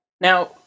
Now